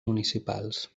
municipals